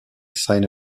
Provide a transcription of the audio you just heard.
sign